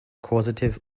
causative